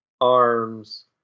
arms